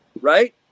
right